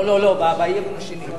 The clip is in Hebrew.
לא, באי-אמון השני,